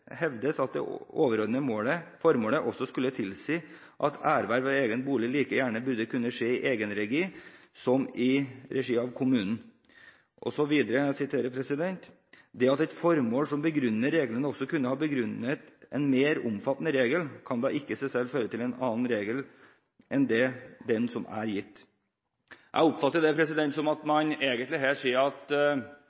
hevdes at det overordnede formål også skulle tilsi at erverv av egen bolig like gjerne burde kunne skje i egenregi, som i regi av kommunen.» Jeg siterer videre: «Det at det formål som begrunner regelen også kunne ha begrunnet en mer omfattende regel, kan da ikke i seg selv føre til en annen regel enn den som er gitt.» Jeg oppfatter det slik at